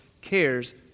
cares